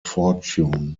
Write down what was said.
fortune